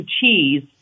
cheese